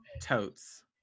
totes